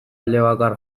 elebakar